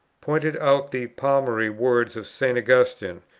pointed out the palmary words of st. augustine,